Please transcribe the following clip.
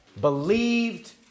Believed